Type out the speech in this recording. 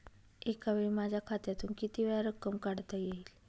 एकावेळी माझ्या खात्यातून कितीवेळा रक्कम काढता येईल?